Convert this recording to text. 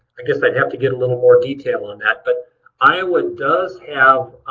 i guess i'd have to get a little more detail on that, but iowa does have.